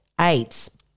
AIDS